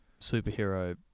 superhero